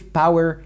power